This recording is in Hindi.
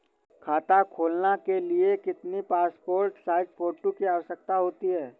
खाता खोलना के लिए कितनी पासपोर्ट साइज फोटो की आवश्यकता होती है?